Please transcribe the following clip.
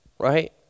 right